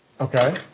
Okay